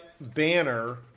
Banner